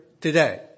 today